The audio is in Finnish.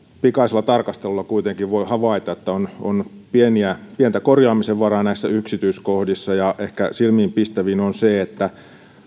pikaisella tarkastelulla kuitenkin voi havaita että on on pientä korjaamisen varaa näissä yksityiskohdissa ja ehkä silmiinpistävin on se että